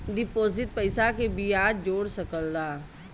deposit पइसा के बियाज जोड़ सकला